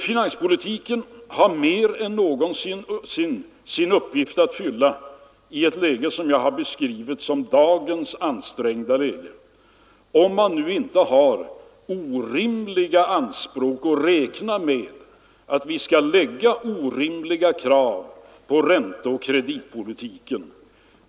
Finanspolitiken har mer än någonsin en uppgift att fylla i det läge som jag har beskrivit som dagens ansträngda läge, om man nu inte har orimliga anspråk och orimliga krav på ränteoch kreditpolitiken.